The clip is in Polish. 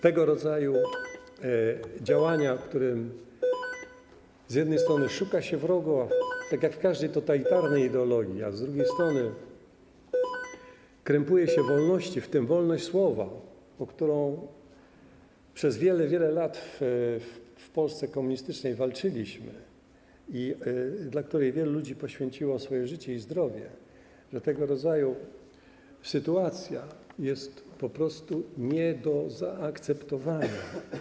Tego rodzaju działania, kiedy z jednej strony szuka się wroga, tak jak w przypadku każdej totalitarnej ideologii, a z drugiej strony krępuje się wolności, w tym wolność słowa, o którą przez wiele, wiele lat w komunistycznej Polsce walczyliśmy i dla której wielu ludzi poświęciło życie i zdrowie, i tego rodzaju sytuacja są po prostu nie do zaakceptowania.